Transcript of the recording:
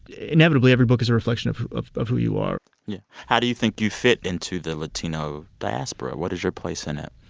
inevitably, every book is a reflection of of who you are how do you think you fit into the latino diaspora? what is your place in it?